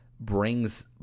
Brings